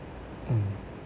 mm